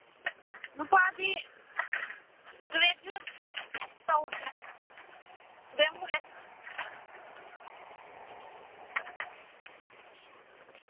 ꯅꯨꯄꯥꯗꯤ ꯒ꯭ꯔꯦꯖ꯭ꯋꯦꯠ ꯇꯧꯔꯤ ꯗꯦꯝ ꯀꯣꯂꯦꯖꯇ